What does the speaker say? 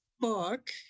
book